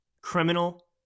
Criminal